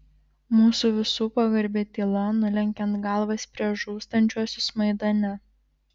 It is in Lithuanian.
mūsų visų pagarbi tyla nulenkiant galvas prieš žūstančiuosius maidane